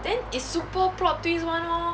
then it's super plot twist [one] lor